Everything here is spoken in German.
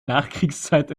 nachkriegszeit